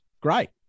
great